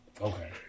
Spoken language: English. Okay